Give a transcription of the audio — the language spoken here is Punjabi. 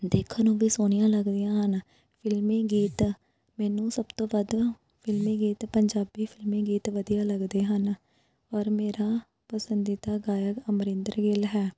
ਦੇਖਣ ਨੂੰ ਵੀ ਸੋਹਣੀਆਂ ਲੱਗਦੀਆਂ ਹਨ ਫਿਲਮੀ ਗੀਤ ਮੈਨੂੰ ਸਭ ਤੋਂ ਵੱਧ ਫਿਲਮੀ ਗੀਤ ਪੰਜਾਬੀ ਫਿਲਮੀ ਗੀਤ ਵਧੀਆ ਲੱਗਦੇ ਹਨ ਔਰ ਮੇਰਾ ਪਸੰਦੀਦਾ ਗਾਇਕ ਅਮਰਿੰਦਰ ਗਿੱਲ ਹੈ